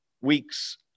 weeks